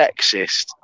sexist